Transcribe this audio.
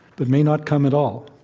but may not come at all.